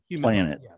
planet